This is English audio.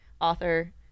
author